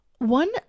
One